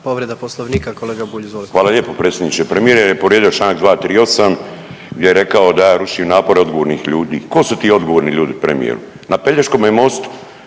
Hvala lijepo predsjedniče. Premijer je povrijedio čl. 238. gdje je rekao da ja rušim napore odgovornih ljudi. Ko su ti odgovorni ljudi premijeru? Na Pelješkome mostu?